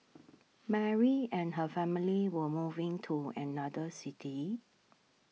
Mary and her family were moving to another city